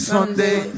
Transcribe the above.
Sunday